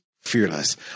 fearless